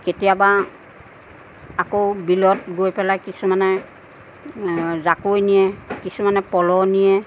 কেতিয়াবা আকৌ বিলত গৈ পেলাই কিছুমানে জাকৈ নিয়ে কিছুমানে পলহ নিয়ে